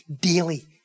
daily